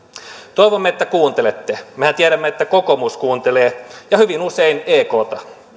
toivomme että kuuntelette mehän tiedämme että kokoomus kuuntelee ja hyvin usein ekta